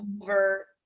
over